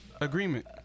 Agreement